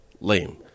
lame